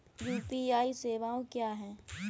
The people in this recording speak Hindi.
यू.पी.आई सवायें क्या हैं?